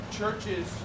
churches